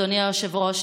אדוני היושב-ראש,